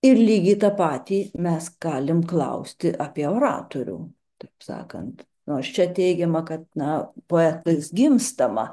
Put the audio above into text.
ir lygiai tą patį mes galim klausti apie oratorių taip sakant nors čia teigiama kad na poetais gimstama